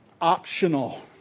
optional